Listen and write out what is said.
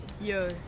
Yo